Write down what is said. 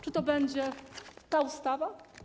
Czy to będzie ta ustawa?